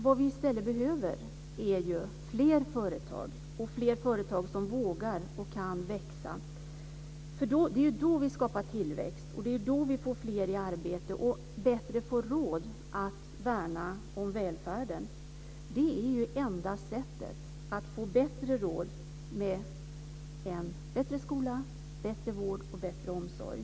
Vad vi behöver är fler företag som vågar och kan växa. Det är då som man skapar tillväxt, får fler i arbete och får bättre råd att värna om välfärden. Det är enda sättet för att få en bättre skola, bättre vård och bättre omsorg.